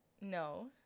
No